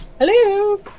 Hello